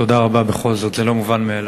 תודה רבה בכל זאת, זה לא מובן מאליו.